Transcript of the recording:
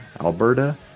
Alberta